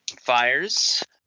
fires